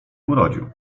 urodził